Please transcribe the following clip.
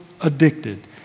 addicted